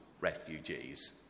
refugees